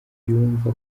yumva